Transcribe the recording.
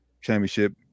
championship